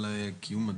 תודה רבה על קיום הדיון,